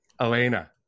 Elena